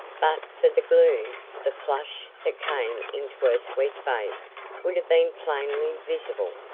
but for the gloom, the flush that came into her sweet face would have been plainly visible.